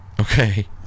Okay